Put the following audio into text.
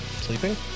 sleeping